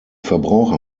verbraucher